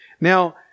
Now